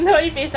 really ah